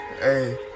Hey